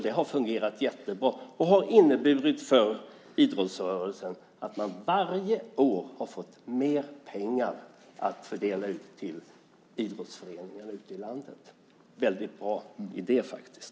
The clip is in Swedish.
Det har fungerat jättebra och har inneburit för idrottsrörelsen att man varje år har fått mer pengar att fördela ut till idrottsföreningarna ute i landet. Det är en väldigt bra idé faktiskt.